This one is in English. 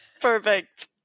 Perfect